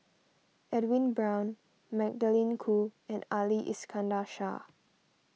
Edwin Brown Magdalene Khoo and Ali Iskandar Shah